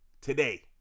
Today